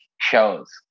shows